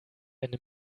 eine